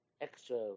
extra